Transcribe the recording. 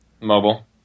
Mobile